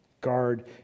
Guard